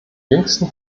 jüngsten